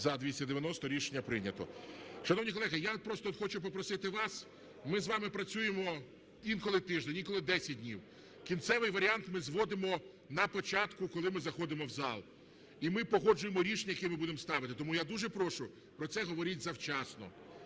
За-290 Рішення прийнято. Шановні колеги, я просто хочу попросити вас, ми з вами працюємо інколи тиждень, інколи десять днів, кінцевий варіант ми зводимо на початку, коли ми заходимо в зал, і ми погоджуємо рішення, яке ми будемо ставити. Тому я дуже прошу, про це говоріть завчасно,